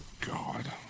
God